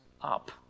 up